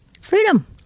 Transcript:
Freedom